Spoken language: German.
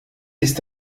ist